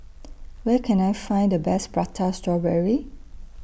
Where Can I Find The Best Prata Strawberry